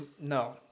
no